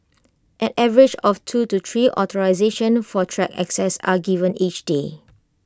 an average of two to three authorisations for track access are given each day